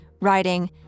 writing